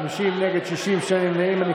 בעד, 50, נגד, 60, שני נמנעים.